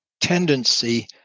tendency